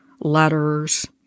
letters